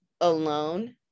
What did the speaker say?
alone